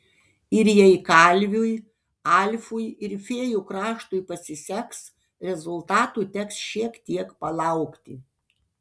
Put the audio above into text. ir jei kalviui alfui ir fėjų kraštui pasiseks rezultatų teks šiek tiek palaukti